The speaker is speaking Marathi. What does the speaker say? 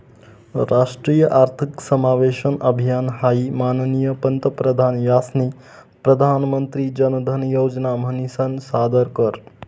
राष्ट्रीय आर्थिक समावेशन अभियान हाई माननीय पंतप्रधान यास्नी प्रधानमंत्री जनधन योजना म्हनीसन सादर कर